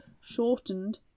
shortened